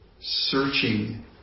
searching